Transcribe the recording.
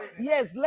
yes